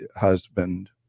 husband